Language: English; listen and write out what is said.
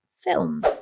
Film